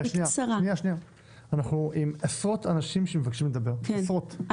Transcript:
שנייה, אנחנו עם עשרות אנשים שמבקשים לדבר, עשרות.